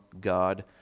God